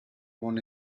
won